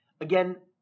Again